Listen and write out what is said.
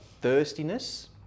thirstiness